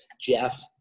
Jeff